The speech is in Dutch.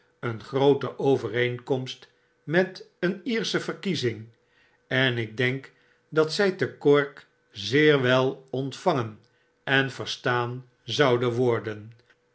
een groote overeenkomst met een lersche verkiezing en ik denk dat zjj te cork zeer wel ontvangen en verstaan zouden worden